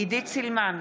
עידית סילמן,